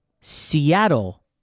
Seattle